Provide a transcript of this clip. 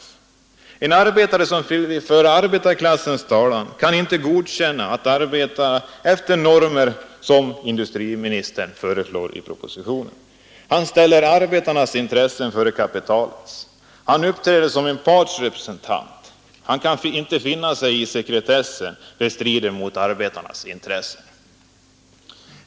En ställda i arbetare som vill föra arbetarklassens talan kan inte godkänna att arbeta aktiebolag och efter de normer som industriministern föreslår i propositionen. Nej, ekonomiska fördenna arbetare ställer arbetarnas intressen före kapitalets, han uppträder eningar, m.m. som en partsrepresentant, han kan inte finna sig i sekretessen när det strider mot arbetarnas intressen.